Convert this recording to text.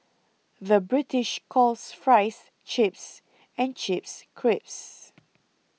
the British calls Fries Chips and chips crips